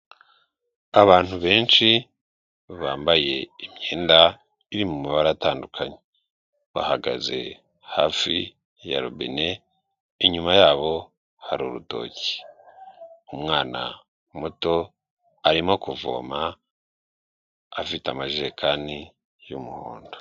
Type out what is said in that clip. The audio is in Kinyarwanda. Abantu benshi bambaye imyenda iri mumabara atandukanye bahagaze hafi ya robin inyuma yabo hari urutoki umwana muto arimo kuvoma afite amajerekani yumuhondo.